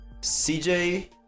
cj